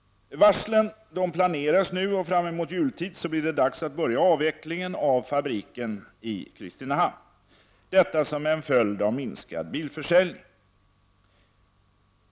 Varslen planeras nu, och fram emot jultid blir det dags att börja avvecklingen av fabriken i Kristinehamn som följd av minskad bilförsäljning.